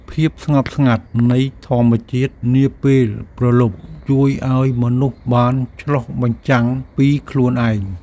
ភាពស្ងប់ស្ងាត់នៃធម្មជាតិនាពេលព្រលប់ ជួយឱ្យមនុស្សបានឆ្លុះបញ្ចាំងពីខ្លួនឯង។